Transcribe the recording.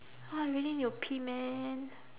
!wah! I really need to pee man